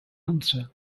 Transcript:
answer